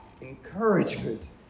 encouragement